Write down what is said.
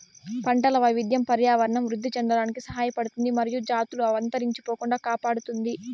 పంటల వైవిధ్యం పర్యావరణం వృద్ధి చెందడానికి సహాయపడుతుంది మరియు జాతులు అంతరించిపోకుండా కాపాడుతుంది